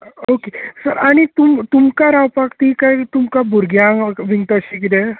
okay sir आनी तुम तुमका रावपाक तीं कांय तुमकां भुरग्यांक बी तशें कितें